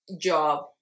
job